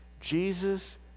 Jesus